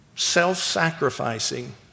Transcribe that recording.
self-sacrificing